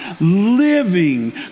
living